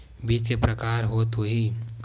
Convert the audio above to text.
बीज के प्रकार के होत होही?